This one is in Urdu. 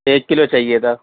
ایک کلو چاہیے تھا